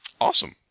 Awesome